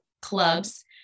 clubs